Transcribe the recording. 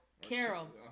Carol